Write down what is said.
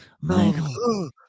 Michael